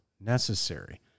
necessary